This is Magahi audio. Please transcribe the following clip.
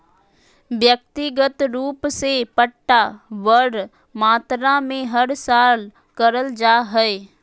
व्यक्तिगत रूप से पट्टा बड़ मात्रा मे हर साल करल जा हय